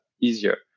easier